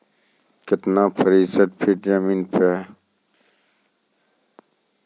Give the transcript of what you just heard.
कितना प्रतिसत कीट जमीन पर हैं?